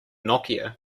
nokia